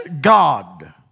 God